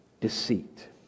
deceit